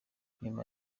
nyuma